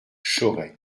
chauray